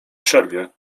przerwie